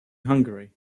hungary